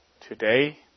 Today